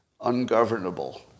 ungovernable